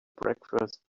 breakfast